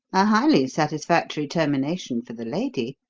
a highly satisfactory termination for the lady,